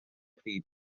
pryd